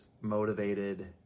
motivated